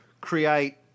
create